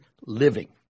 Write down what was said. living